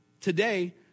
today